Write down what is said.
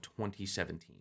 2017